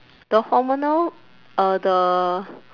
the hormonal uh the